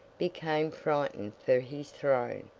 became frightened for his throne,